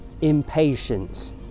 impatience